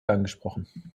angesprochen